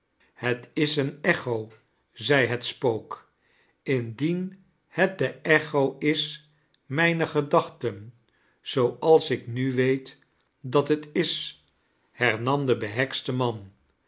het is een echo zei het spook indien het de-echo is mijnetr gedachten zooals ik mu west dat het is harnam de behekste man